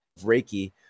Reiki